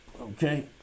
Okay